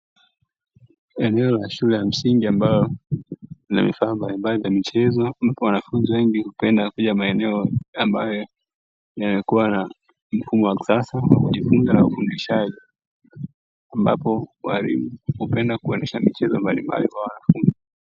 Eneno la shule ya msingi ambalo lina vifaa mbalimbali vya michezo, ambapo wanafunzi wengi hupenda maeneo ambayo yanakuwa na mfumo wa kisasa wa kujifunza na kufundishaji, ambapo walipenda kuonesha michezo mbalimbali kwa wanafunzi.